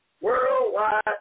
Worldwide